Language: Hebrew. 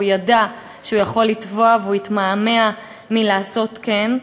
הוא ידע שהוא יכול לתבוע והוא התמהמה מלעשות כן.